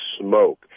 smoke